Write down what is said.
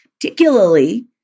particularly